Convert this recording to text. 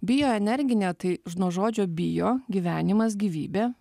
bio energinė tai ž nuo žodžio bio gyvenimas gyvybė